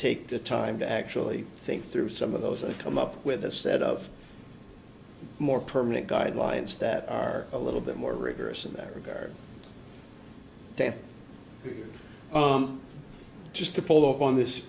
take the time to actually think through some of those and come up with a set of more permanent guidelines that are a little bit more rigorous in that regard just to follow up on this